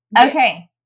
okay